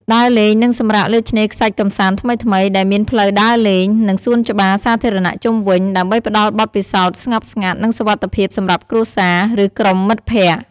ដើរលេង និងសម្រាកលើឆ្នេរខ្សាច់កម្សាន្តថ្មីៗ ដែលមានផ្លូវដើរលេង និងសួនច្បារសាធារណៈជុំវិញ ដើម្បីផ្តល់បទពិសោធន៍ស្ងប់ស្ងាត់ និងសុវត្ថិភាពសម្រាប់គ្រួសារ ឫក្រុមមិត្តភក្តិ។